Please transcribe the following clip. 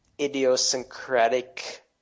idiosyncratic